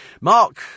Mark